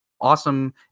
awesome